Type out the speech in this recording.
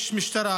יש משטרה,